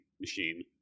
machine